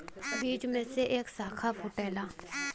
बीज में से एक साखा फूटला